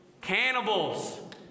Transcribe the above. Cannibals